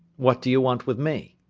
what do you want with me?